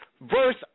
verse